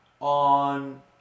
on